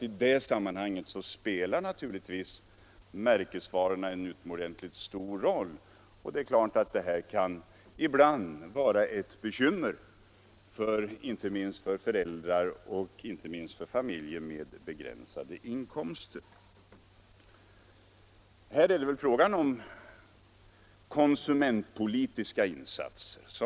I det sammanhanget spelar märkesvarorna en utomordentligt stor roll, och det kan självfallet ibland vara ett bekymmer inte minst för föräldrar i familjer med begränsade inkomster. De insatser som här kan göras blir närmast av konsumentpolitisk natur.